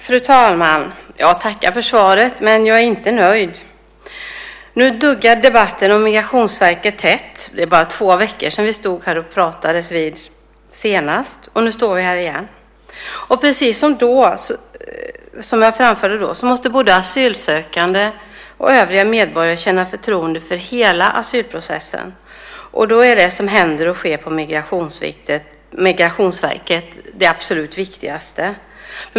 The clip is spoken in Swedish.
Fru talman! Jag tackar för svaret, men jag är inte nöjd. Nu duggar debatterna om Migrationsverket tätt. Det är bara två veckor sedan vi stod här och pratades vid senast, och nu står vi här igen. Precis som jag framförde då måste både asylsökande och övriga medborgare känna förtroende för hela asylprocessen, och då är det som händer och sker på Migrationsverket det absolut viktigaste.